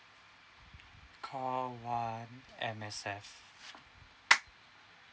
call one M_S_F